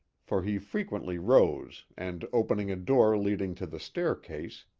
for he frequently rose and opening a door leading to the staircase,